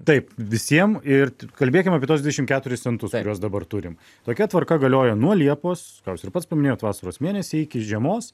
taip visiem ir kalbėkim apie tuos dvidešim keturis centus kuriuos dabar turim tokia tvarka galioja nuo liepos ir pats paminėjote vasaros mėnesį iki žiemos